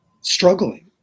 struggling